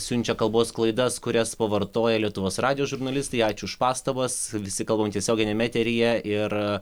siunčia kalbos klaidas kurias pavartoja lietuvos radijo žurnalistai ačiū už pastabas visi kalba tiesioginiame eteryje ir